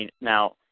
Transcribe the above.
now